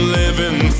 living